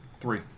Three